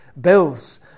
Bills